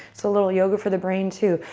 so a little yoga for the brain too,